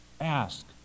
Ask